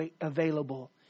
available